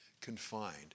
confined